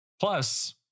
Plus